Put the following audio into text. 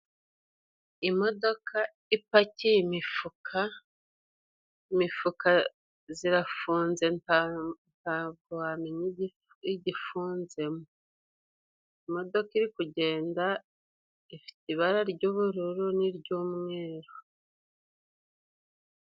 Imodoka ipakiye imifuka, imifuka zirafunze ntabwo wamenya igifunzemo. Imodoka iri kugenda ifite ibara ry'ubururu n'iry'umweru.